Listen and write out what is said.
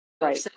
Right